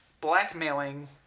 blackmailing